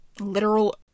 literal